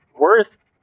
worth